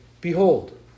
Behold